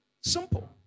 Simple